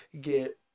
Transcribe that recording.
get